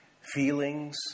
feelings